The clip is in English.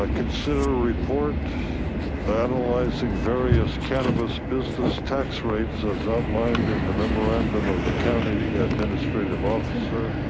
ah consider report analyzing various cannabis business tax rates as outlined in the memorandum of the county administrative officer,